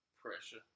pressure